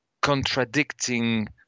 contradicting